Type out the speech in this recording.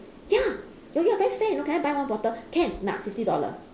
ya oh you are very fair you know can I buy one bottle can nah fifty dollar